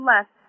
left